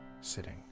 sitting